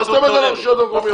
מה זאת אומרת על הרשויות המקומיות?